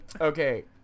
Okay